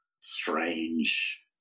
strange